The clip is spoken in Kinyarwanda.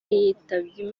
yitabye